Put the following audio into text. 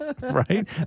Right